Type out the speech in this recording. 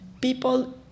People